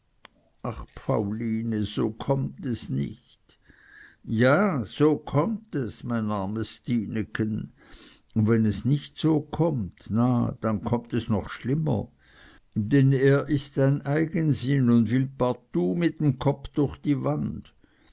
ach pauline so kommt es nich ja so kommt es mein armes stineken un wenn es nich so kommt na denn kommt es noch schlimmer denn is er ein eigensinn un will partout mit n kopp durch die wand